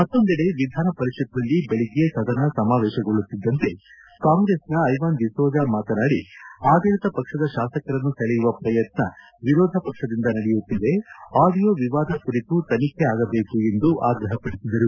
ಮತ್ತೊಂದೆಡೆ ವಿಧಾನಪರಿಷತ್ತಿನಲ್ಲಿ ಬೆಳಗ್ಗೆ ಸದನ ಸಮಾವೇಶಗೊಳ್ಳುತ್ತಿದ್ದಂತೆ ಕಾಂಗ್ರೆಸ್ನ ಐವಾನ್ ಡಿಸೋಜ ಮಾತನಾಡಿ ಆಡಳಿತ ಪಕ್ಷದ ಶಾಸಕರನ್ನು ಸೆಳೆಯುವ ಪ್ರಯತ್ನ ವಿರೋಧ ಪಕ್ಷದಿಂದ ನಡೆಯುತ್ತಿದೆ ಆಡಿಯೋ ವಿವಾದ ಕುರಿತು ತನಿಖೆ ಆಗಬೇಕು ಎಂದು ಆಗ್ರಹಪಡಿಸಿದರು